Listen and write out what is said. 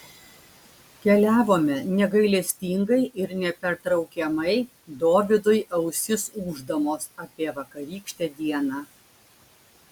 keliavome negailestingai ir nepertraukiamai dovydui ausis ūždamos apie vakarykštę dieną